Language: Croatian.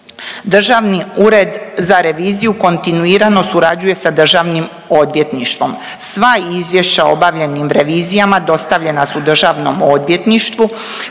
Državni ured za reviziju kontinuirano surađuje sa državnim odvjetništvom, sva izvješća o obavljenim revizijama dostavljena su državnom odvjetništvu